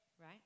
right